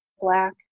black